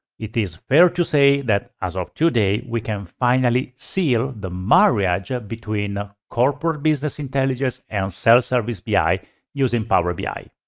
it is fair to say that as of today, we can finally seal the marriage between ah corporate business intelligence and self-service bi using power bi.